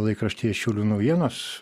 laikraštyje šiaulių naujienos